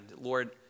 Lord